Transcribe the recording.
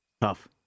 Tough